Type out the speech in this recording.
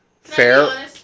fair